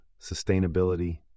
sustainability